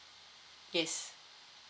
yes